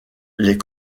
les